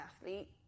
athlete